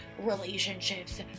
relationships